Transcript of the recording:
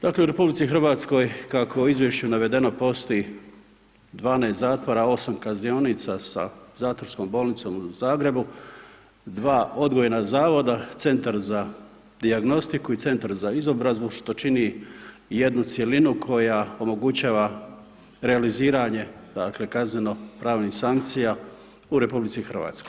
Dakle u RH kako je u izvješću navedeno, postoji 12 zatvora, 8 kaznionica sa zatvorskom bolnicom u Zagrebu, 2 odgojna zavoda, Centar za dijagnostiku i Centar za izobrazbu što čini jednu cjelinu koja omogućava realiziranje dakle kazneno-pravnih sankcija u RH.